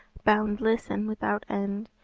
boundless and without end.